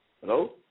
Hello